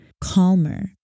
calmer